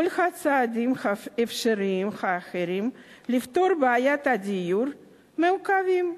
וכל הצעדים האפשריים האחרים לפתרון בעיית הדיור מעוכבים.